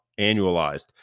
annualized